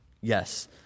Yes